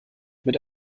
mit